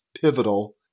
pivotal